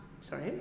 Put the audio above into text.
Sorry